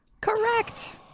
Correct